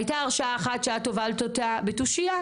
הייתה הרשעה אחת שאת הובלת אותה בתושייה,